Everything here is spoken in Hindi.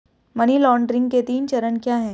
मनी लॉन्ड्रिंग के तीन चरण क्या हैं?